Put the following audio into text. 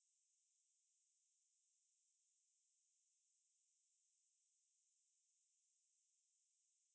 exactly and it's not even about meeting and doing together if you are telling me that you are a experienced video editor